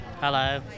Hello